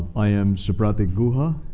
i am supratik guha.